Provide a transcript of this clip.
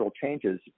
changes